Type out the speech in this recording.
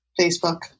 Facebook